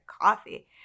coffee